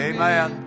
Amen